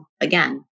again